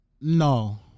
No